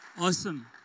Awesome